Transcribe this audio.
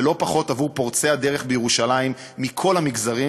ולא פחות עבור פורצי הדרך בירושלים מכל המגזרים,